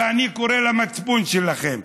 ואני קורא למצפון שלכם,